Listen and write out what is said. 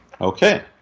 Okay